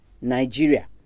Nigeria